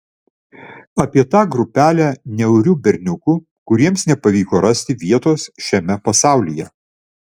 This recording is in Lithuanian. apie tą grupelę niaurių berniukų kuriems nepavyko rasti vietos šiame pasaulyje